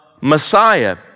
Messiah